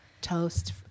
toast